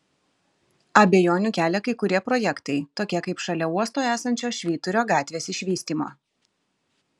abejonių kelia kai kurie projektai tokie kaip šalia uosto esančios švyturio gatvės išvystymo